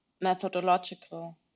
methodological